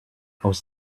aus